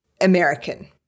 American